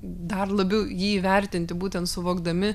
dar labiau jį įvertinti būtent suvokdami